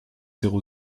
zéro